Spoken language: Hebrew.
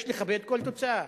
יש לכבד כל תוצאה.